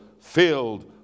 filled